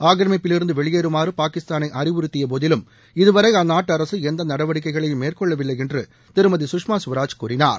ஆக்கிரமிப்பிலிருந்து வெளியேறுமாறு பாகிஸ்தானை அறிவுறுத்தியபோதிலும் இதுவரை அந்நாட்டு அரசு எந்த நடவடிக்கைகளையும் மேற்கொள்ளவில்லை என்று திருமதி குஷ்மா ஸ்வராஜ் கூறினார்